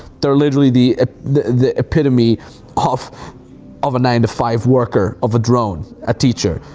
they're literally the the epitome of of a nine to five worker, of a drone, a teacher,